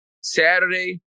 Saturday